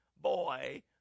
boy